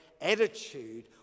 Attitude